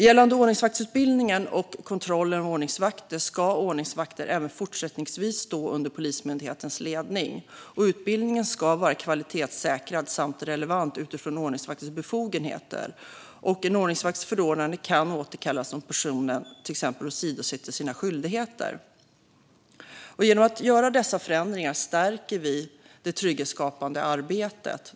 När det gäller ordningsvaktsutbildningen och kontrollen av ordningsvakter vill jag säga att ordningsvakter även fortsättningsvis ska stå under Polismyndighetens ledning. Utbildningen ska vara kvalitetssäkrad och relevant utifrån ordningsvaktens befogenheter. En ordningsvakts förordnande kan återkallas om personen till exempel åsidosätter sina skyldigheter. Genom att göra dessa förändringar stärker vi det trygghetsskapande arbetet.